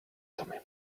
tommy